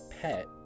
pet